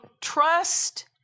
trust